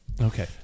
Okay